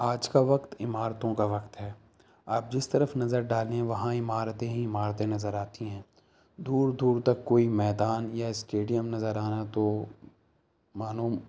آج کا وقت عمارتوں کا وقت ہے آپ جس طرف نظر ڈالیں وہاں عمارتیں ہی عمارتیں نظر آتی ہیں دور دور تک کوئی میدان یا اسٹیڈیم نظر آنا تو مانو